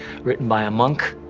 written by a monk,